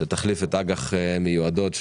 רפורמת האג"ח המיועדות.